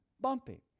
Bumpy